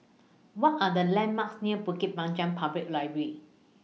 What Are The landmarks near Bukit Panjang Public Library